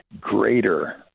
greater